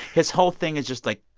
his whole thing is just, like,